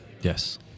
Yes